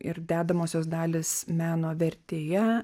ir dedamosios dalys meno vertėje